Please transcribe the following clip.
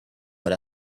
what